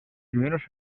primeros